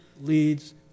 leads